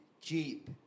jeep